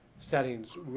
settings